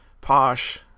posh